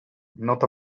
not